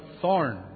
thorn